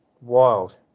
wild